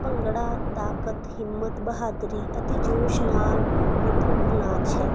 ਭੰਗੜਾ ਤਾਕਤ ਹਿੰਮਤ ਬਹਾਦਰੀ ਅਤੇ ਜੋਸ਼ ਨਾਲ ਭਰਪੂਰ ਨਾਚ ਹੈ